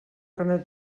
carnet